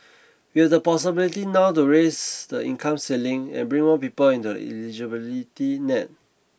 we have the possibility now to raise the income ceiling and bring more people into the eligibility net